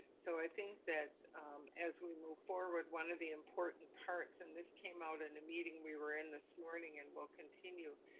so i think that as we move forward one of the important parts, and this came out in a meeting that we were in this morning and will continue,